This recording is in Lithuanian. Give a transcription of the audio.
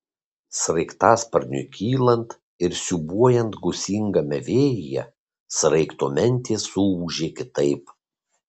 sraigtasparniui kylant ir siūbuojant gūsingame vėjyje sraigto mentės suūžė kitaip